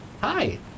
Hi